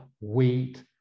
wheat